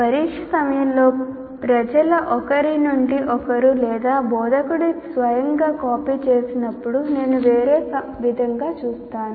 పరీక్ష సమయంలో ప్రజలు ఒకరి నుండి ఒకరు లేదా బోధకుడు స్వయంగా కాపీ చేసినప్పుడు నేను వేరే విధంగా చూస్తాను